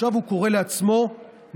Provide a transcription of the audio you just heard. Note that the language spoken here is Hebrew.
ועכשיו הוא קורא לעצמו נגישיסט,